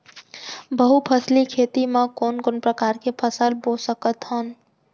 बहुफसली खेती मा कोन कोन प्रकार के फसल बो सकत हन?